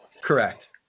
Correct